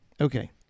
Okay